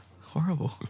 Horrible